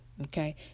okay